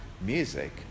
music